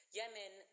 Yemen